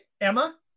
Emma